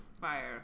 fire